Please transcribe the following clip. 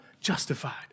justified